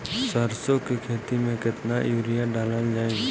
सरसों के खेती में केतना यूरिया डालल जाई?